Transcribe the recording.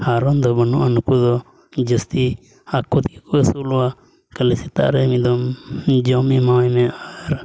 ᱦᱟᱨᱚᱱ ᱫᱚ ᱵᱟᱹᱱᱩᱜᱼᱟ ᱱᱩᱠᱩ ᱫᱚ ᱡᱟᱹᱥᱛᱤ ᱟᱠᱚ ᱛᱮᱜᱮ ᱠᱚ ᱟᱹᱥᱩᱞᱚᱜᱼᱟ ᱠᱷᱟᱹᱞᱤ ᱥᱮᱛᱟᱜ ᱨᱮ ᱢᱤᱫ ᱫᱚᱢ ᱡᱚᱢ ᱮᱢᱟᱣᱟᱭ ᱢᱮ ᱟᱨ